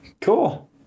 Cool